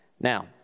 Now